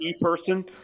person